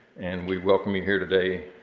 and we welcome you here today,